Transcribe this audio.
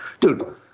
Dude